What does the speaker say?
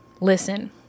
Listen